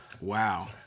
Wow